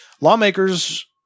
Lawmakers